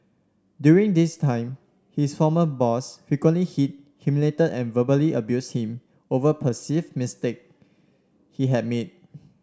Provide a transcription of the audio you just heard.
during this time his former boss frequently hit humiliated and verbally abuse him over perceived mistake he had made